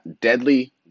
Deadly